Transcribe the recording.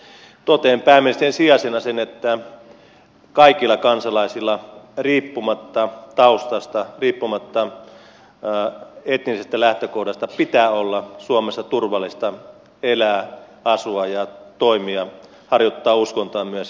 mutta totean pääministerin sijaisena sen että kaikilla kansalaisilla riippumatta taustasta riippumatta etnisestä lähtökohdasta pitää olla suomessa turvallista elää asua ja toimia harjoittaa uskontoa myös